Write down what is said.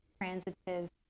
transitive